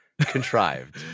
contrived